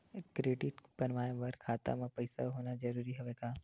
Credit बनवाय बर खाता म पईसा होना जरूरी हवय का?